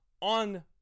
on